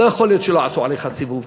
לא יכול להיות שלא עשו עליך סיבוב.